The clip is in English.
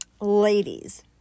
ladies